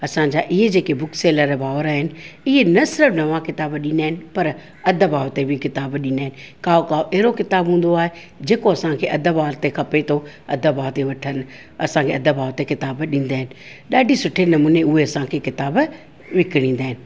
असांजा इहे जेके बुक सेलर भाउर आहिनि इहे न सिर्फ़ु नवां किताब ॾींदा आहिनि पर अधु भाव ते बि किताबु ॾींदा आहिनि काओ काओ अहिड़ो किताबु हूंदो आहे जेको असांखे अधु भाव ते खपे थो अधु भाव ते वठनि असांखे अधु भाव ते किताब ॾींदा आहिनि ॾाढे सुठे नमूने उहे असांखे किताबु विकिणींदा आहिनि